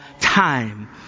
time